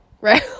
Right